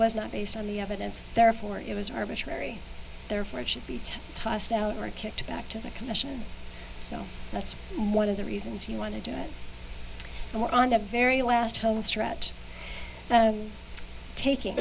was not based on the evidence therefore it was arbitrary therefore it should be tossed out or kicked back to the commission so that's one of the reasons you want to do it and we're on the very last homestretch taking